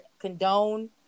condone